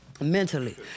Mentally